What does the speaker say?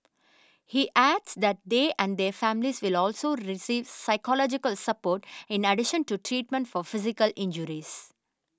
he adds that they and their families will also receive psychological support in addition to treatment for physical injuries